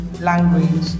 language